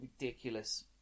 ridiculous